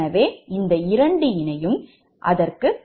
எனவே இந்த இரண்டு இணையும் அதற்கு சமமானதும் 0